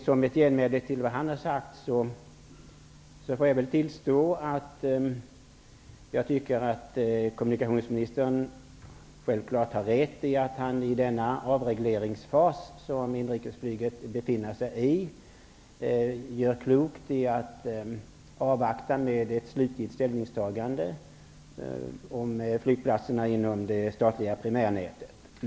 Som en kommentar till vad han har sagt, får jag väl tillstå att jag tycker att kommunikationsministern självfallet har rätt i att han i denna avregleringsfas som inrikesflyget befinner sig i gör klokt i att avvakta med ett slutgiltigt ställningstagande om flygplatserna inom det statliga primärnätet.